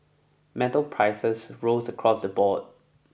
metal prices rose across the board